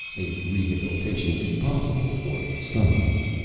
a rehabilitation is possible for some of you.